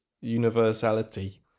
universality